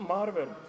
Marvel